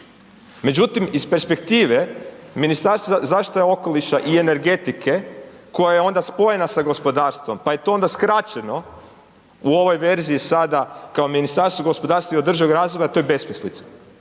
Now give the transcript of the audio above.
Međutim, iz perspektive Ministarstva zaštite okoliša i energetike koja je onda spojena sa gospodarstvom, pa je to onda skraćeno u ovoj verziji sada kao Ministarstvo gospodarstva i održivog razvoja, to je besmislica.